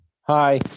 Hi